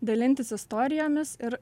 dalintis istorijomis ir